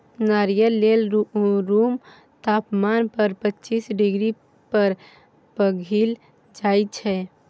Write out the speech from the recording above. नारियल तेल रुम तापमान पर पचीस डिग्री पर पघिल जाइ छै